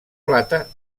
plata